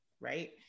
right